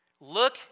Look